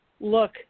look